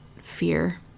fear